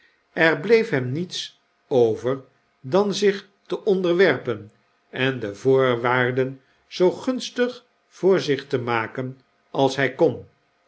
er bleef hem niets over dan zich te onderwerpen en de voorwaarden zoo gunstig voor zich te maken als hij kon